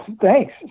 thanks